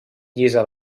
llisa